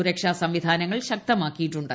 സുരക്ഷ സംവിധാനങ്ങൾ ശക്തമാക്കിയിട്ടുണ്ട്